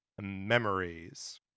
memories